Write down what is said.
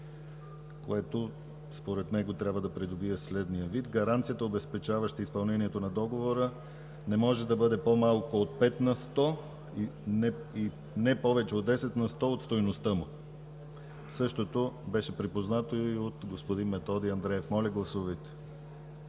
което според него трябва да придобие следния вид: „Гаранцията, обезпечаваща изпълнението на договора, не може да бъде по-малко от 5 на сто и не повече от 10 на сто от стойността му.”. Същото беше припознато и от господин Методи Андреев. Моля, гласувайте.